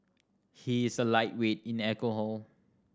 he is a lightweight in alcohol